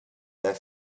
their